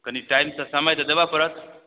कनी टाइमसँ समय तऽ देबऽ पड़त